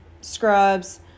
scrubs